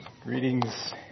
Greetings